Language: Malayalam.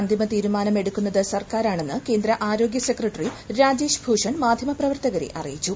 അന്തിമതീരുമാനം എടുക്കുന്നത് സർക്കാരാണെന്ന് കേന്ദ്ര ആരോഗ്യ സെക്രട്ടറി രാജേഷ് ഭൂഷൺ മാധ്യമപ്രവർത്തകരെ അറിയിച്ചു